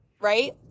right